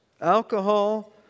alcohol